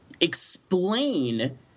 explain